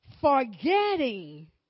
Forgetting